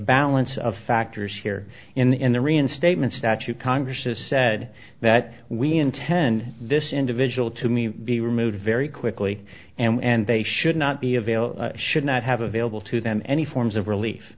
balance of factors here in the reinstatement statute congress has said that we intend this individual to me be removed very quickly and they should not be available should not have available to them any forms of relief